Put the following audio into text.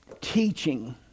teaching